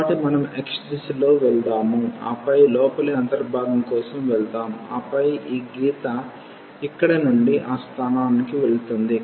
కాబట్టి మనం x దిశలో వెళ్దాం ఆపై లోపలి అంతర్భాగం కోసం వెళ్దాం ఆపై ఈ గీత ఇక్కడి నుండి ఆ స్థానానికి వెళుతుంది